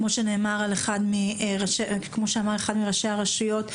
כפי שאמר אחד מראשי הרשויות,